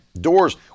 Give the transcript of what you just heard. Doors